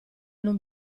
non